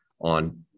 on